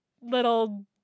little